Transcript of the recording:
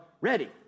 Ready